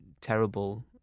terrible